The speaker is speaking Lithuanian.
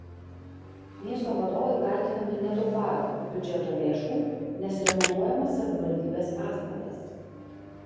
miesto vadovai kaltinami netaupą biudžeto lėšų nes remontuojamas savivaldybės pastatas